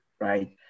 right